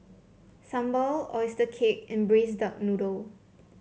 Sambal oyster cake and Braised Duck Noodle